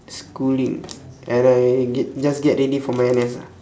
schooling and I get just get ready for my N_S ah